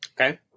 Okay